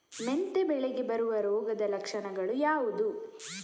ಮೆಂತೆ ಬೆಳೆಗೆ ಬರುವ ರೋಗದ ಲಕ್ಷಣಗಳು ಯಾವುದು?